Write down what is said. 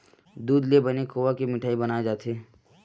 दूद ले बने खोवा के मिठई बनाए जाथे